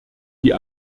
die